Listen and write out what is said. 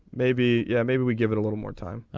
maybe yeah maybe we give it a little more time.